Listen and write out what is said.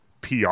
PR